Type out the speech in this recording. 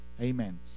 Amen